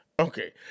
Okay